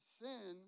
sin